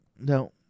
No